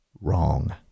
wrong